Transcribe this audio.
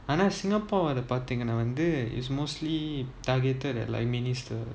ஆனா:aana singapore பார்த்தீங்கன்னாவந்து:partheenganna vanthu is mostly targeted at like minister